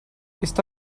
esta